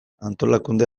antolakunde